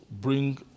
bring